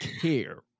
care